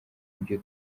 ibyo